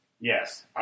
Yes